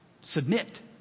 submit